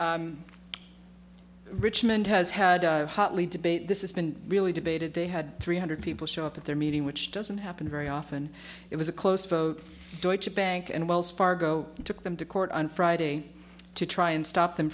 richmond has had hotly debated this it's been really debated they had three hundred people show up at their meeting which doesn't happen very often it was a close vote deutsche bank and wells fargo took them to court on friday to try and stop them